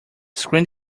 screen